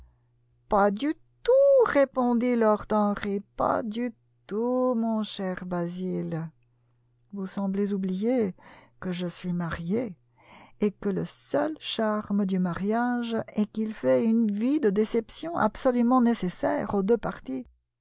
pas du tout répondit lord henry pas du tout mon cher basil vous semblez oublier que je suis marié et que le seul charme du mariage est qu'il fait une vie de déception absolument nécessaire aux deux parties